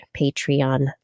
Patreon